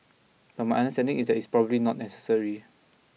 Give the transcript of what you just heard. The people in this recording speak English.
but my understanding is that it's probably not necessary